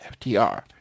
FTR